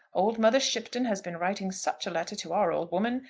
old mother shipton has been writing such a letter to our old woman,